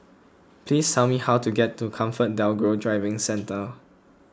please tell me how to get to ComfortDelGro Driving Centre